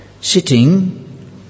sitting